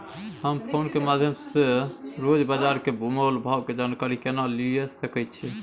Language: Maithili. हम फोन के माध्यम सो रोज बाजार के मोल भाव के जानकारी केना लिए सके छी?